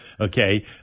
Okay